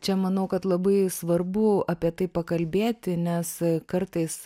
čia manau kad labai svarbu apie tai pakalbėti nes kartais